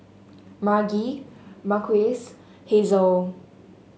Margie Marques Hazelle